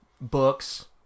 Books